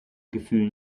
gefühl